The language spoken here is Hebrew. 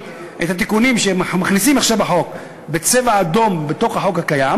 את התיקונים שמכניסים עכשיו בחוק בצבע אדום בתוך החוק הקיים,